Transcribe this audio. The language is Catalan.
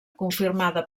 confirmada